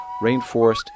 rainforest